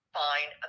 fine